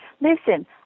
listen